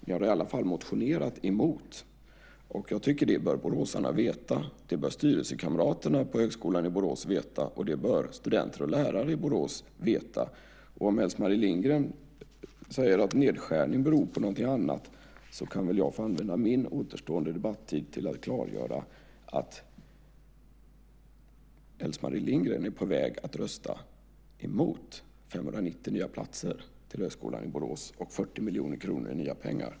Ni har i alla fall motionerat emot, och jag tycker att boråsarna, styrelsekamraterna på Högskolan i Borås och studenter och lärare i Borås bör veta det. Om Else-Marie Lindgren säger att nedskärningen beror på någonting annat kan väl jag få använda min återstående debattid till att klargöra att Else-Marie Lindgren är på väg att rösta emot 590 nya platser till Högskolan i Borås och 40 miljoner kronor i nya pengar.